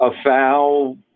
afoul